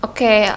Okay